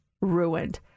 ruined